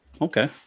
okay